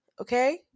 okay